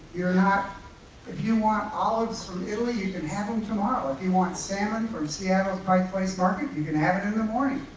not if you want olives from italy, you can have em tomorrow. if you want salmon from seattle's pike place market, you can have it in the morning.